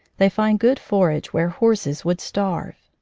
they find good forage where horses would starve.